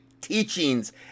teachings